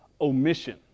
omission